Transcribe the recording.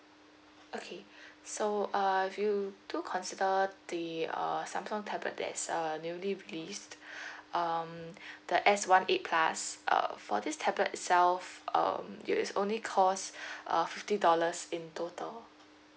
okay so uh if you do consider the uh Samsung tablet that's uh newly released um the S one eight plus uh for this tablet itself um you is only cost uh fifty dollars in total